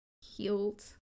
healed